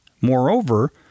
Moreover